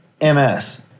MS